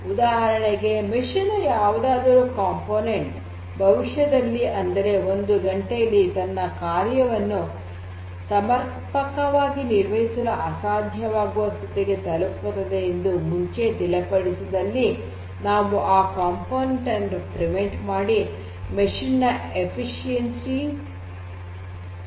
ಉದಾಹರಣೆಗೆ ಯಂತ್ರದ ಯಾವುದಾದರೂ ಘಟಕ ಭವಿಷ್ಯದಲ್ಲಿ ಅಂದರೆ ಒಂದು ಘಂಟೆಯಲ್ಲಿ ತನ್ನ ಕಾರ್ಯವನ್ನು ಸಮರ್ಪಕವಾಗಿ ನಿರ್ವಹಿಸಲು ಅಸಾಧ್ಯವಾಗುವ ಸ್ಥಿತಿಗೆ ತಲುಪುತ್ತದೆ ಎಂದು ಮುಂಚೆಯೇ ತಿಳಿಯಪಡಿಸಿದಲ್ಲಿ ನಾವು ಆ ಘಟಕವನ್ನು ರಕ್ಷಿಸಿ ಯಂತ್ರದ ದಕ್ಷತೆಯನ್ನು ಸುಧಾರಿಸಬಹುದು